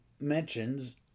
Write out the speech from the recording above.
mentions